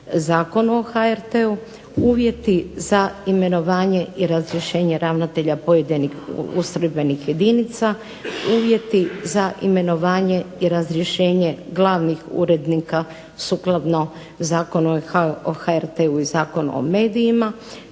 uvjeti za imenovanje i razrješenje ravnatelja pojedinih ustrojbenih jedinica, uvjeti za imenovanje i razrješenje glavnih urednika sukladno Zakonu o HRT-u i Zakonu o medijima,